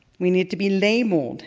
we need to be labeled